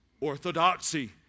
orthodoxy